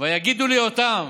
"ויגידו ליותם